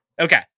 okay